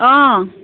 অঁ